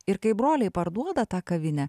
ir kai broliai parduoda tą kavinę